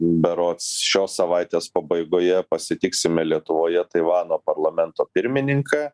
berods šios savaitės pabaigoje pasitiksime lietuvoje taivano parlamento pirmininką